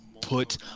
put